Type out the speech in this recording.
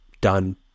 done